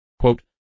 Quote